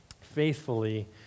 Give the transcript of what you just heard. faithfully